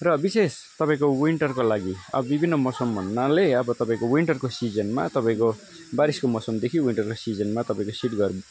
र विशेष तपाईँको विन्टरको लागि अब विभिन्न मौसम भन्नाले अब तपाईँको विन्टरको सिजनमा तपाईँको बारिसको मौसमदेखि विन्टरको सिजनमा तपाईँको सेड घर